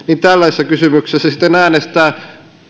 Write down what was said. tällaisessa kysymyksessä äänestää